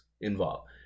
involved